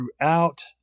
throughout